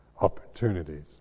opportunities